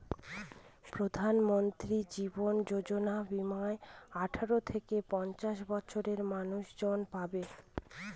প্রধানমন্ত্রী জীবন যোজনা বীমা আঠারো থেকে পঞ্চাশ বছরের মানুষজন পাবে